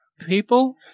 people